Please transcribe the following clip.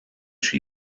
she